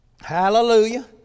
Hallelujah